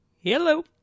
Hello